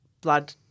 blood